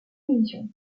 illusions